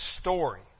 story